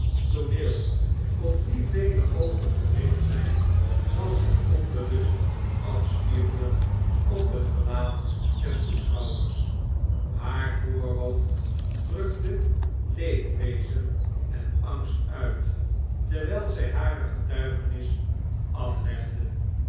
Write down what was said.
op wien vele oogen gericht zp zalzich onbewust afspiegelen op het gelaat der toeschouwers haar voorhoofd drukte leedwezen en angst uit terwgl zg hare getuigenis aflegde